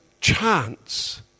chance